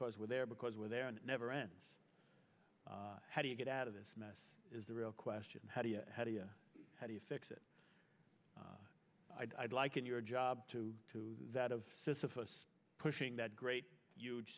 cause we're there because we're there and it never ends how do you get out of this mess is the real question how do you how do you how do you fix it i'd like in your job to to that of sophists pushing that great huge